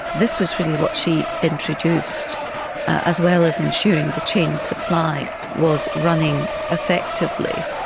this was really what she introduced as well as ensuring the chain of supply was running effectively.